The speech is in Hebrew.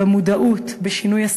במודעות, בשינוי השיח,